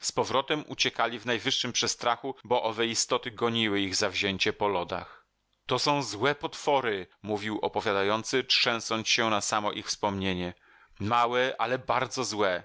z powrotem uciekali w najwyższym przestrachu bo owe istoty goniły ich zawzięcie po lodach to są złe potwory mówił opowiadający trzęsąc się na samo ich wspomnienie małe ale bardzo złe